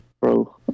bro